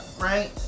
right